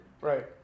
Right